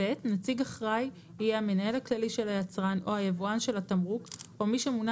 "(ב)נציג אחראי יהיה המנהל הכלי של היצרן או היבואן של התמרוק או מי שמונה